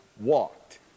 walked